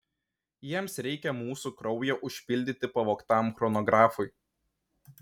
jiems reikia mūsų kraujo užpildyti pavogtam chronografui